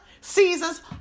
seasons